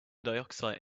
dioxide